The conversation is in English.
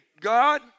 God